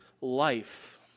life